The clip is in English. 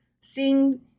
Sing